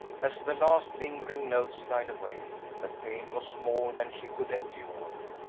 as the last lingering notes died away, the pain was more than she could endure,